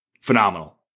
phenomenal